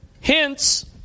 Hence